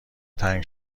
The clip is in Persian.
تنگ